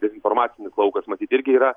dezinformacinis laukas matyt irgi yra